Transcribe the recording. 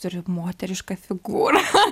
turi moterišką figūrą